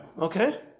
Okay